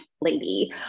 lady